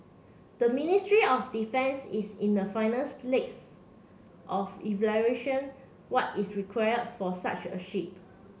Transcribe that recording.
the Ministry of Defence is in the finals legs of evaluation what is required for such a ship